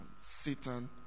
Satan